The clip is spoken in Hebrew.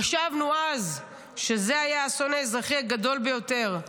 חשבנו אז שזה היה האסון האזרחי הגדול ביותר.